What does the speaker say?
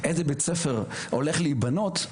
איזה בית ספר הולך להיבנות,